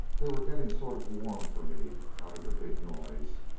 they were getting sort of warm for me out in the big noise.